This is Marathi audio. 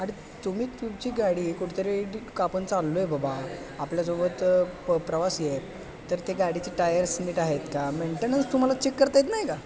आणि तुम्ही तुमची गाडी कुठेतरी कापन चाललो आहे बाबा आपल्यासोबत प प्रवासी आहेत तर ते गाडीचे टायर्स नीट आहेत का मेंटेनन्स तुम्हाला चेक करता येत नाही का